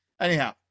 Anyhow